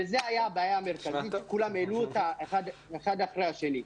זו הייתה הבעיה המרכזית שכולם העלו אותה אחד אחרי השני.